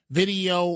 video